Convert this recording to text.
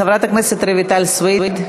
חברת הכנסת רויטל סויד.